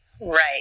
Right